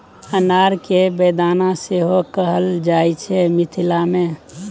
अनार केँ बेदाना सेहो कहल जाइ छै मिथिला मे